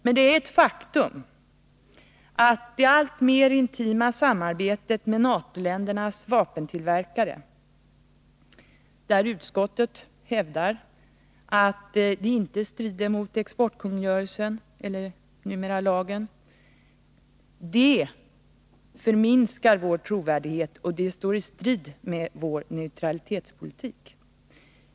Men det är ett faktum att det alltmer intima samarbetet med NATO-ländernas vapentillverkare — utskottet hävdar att det inte strider mot exportkungörelsen, numera lagen — minskar vår trovärdighet, och det står i strid med vår neutralitetspolitik.